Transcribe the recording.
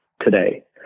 today